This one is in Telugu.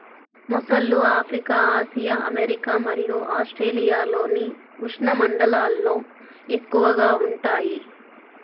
మొసళ్ళు ఆఫ్రికా, ఆసియా, అమెరికా మరియు ఆస్ట్రేలియాలోని ఉష్ణమండలాల్లో ఎక్కువగా ఉంటాయి